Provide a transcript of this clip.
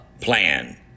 plan